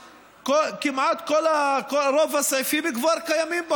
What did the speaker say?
כמעט, רוב הסעיפים כבר קיימים בחוק.